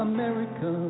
America